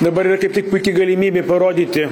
dabar yra kaip tik puiki galimybė parodyti